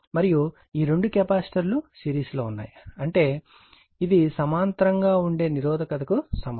మరియు ఈ రెండు కెపాసిటర్ లు సిరీస్లో ఉన్నాయి అంటే ఇది సమాంతరంగా ఉండే నిరోధకత కు సమానం